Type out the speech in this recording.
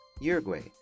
Uruguay